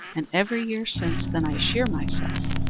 and every year since then i shear myself,